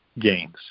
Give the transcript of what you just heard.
gains